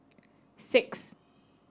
six